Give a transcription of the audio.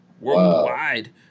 Worldwide